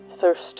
thirst